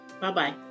Bye-bye